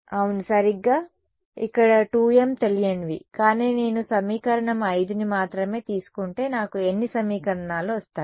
అవును సరిగ్గా అవును సరే ఇక్కడ 2 m తెలియనివి కానీ నేను సమీకరణం 5ని మాత్రమే తీసుకుంటే నాకు ఎన్ని సమీకరణాలు వస్తాయి